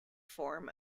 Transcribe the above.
form